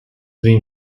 been